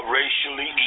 racially